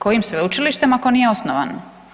Kojim sveučilištem ako nije osnovano?